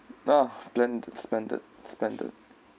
ah splendid splendid splendid